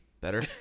better